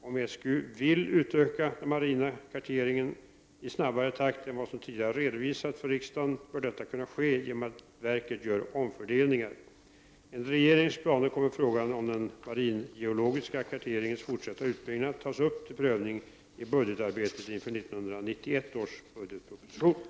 Om SGU vill utöka den marina karteringen i snabbare takt än vad som tidigare redovisats för riksdagen, bör detta kunna ske genom att verket gör omfördelningar. Enligt regeringens planer kommer frågan om den maringeologiska karteringens fortsatta utbyggnad att tas upp till prövning i budgetarbetet inför 1991 års budgetproposition.